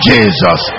Jesus